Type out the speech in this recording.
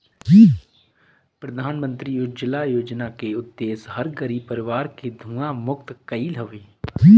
प्रधानमंत्री उज्ज्वला योजना के उद्देश्य हर गरीब परिवार के धुंआ मुक्त कईल हवे